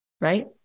right